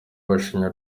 bashimiye